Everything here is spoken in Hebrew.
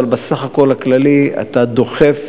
בסך הכול הכללי אתה דוחף